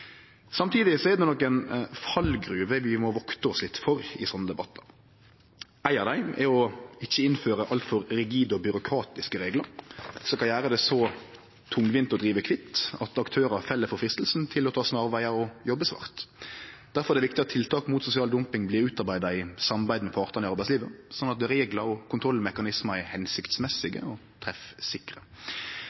det her i dag. Samtidig er det nokre fallgruver vi må vakte oss litt for i sånne debattar. Éi av dei er å ikkje innføre altfor rigide og byråkratiske reglar som kan gjere det så tungvint å drive kvitt at aktørar fell for freistinga til å ta snarvegar og jobbe svart. Difor er det viktig at tiltak mot sosial dumping blir utarbeidde i samarbeid med partane i arbeidslivet, slik at reglar og kontrollmekanismar er føremålstenlege og treffsikre.